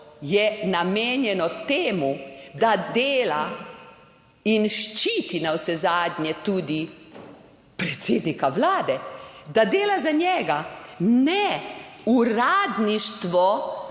je namenjeno temu, da dela in ščiti navsezadnje tudi predsednika vlade, da dela za njega. Ne, uradništvo